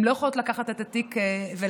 הן לא יכולות לקחת את התיק וללכת,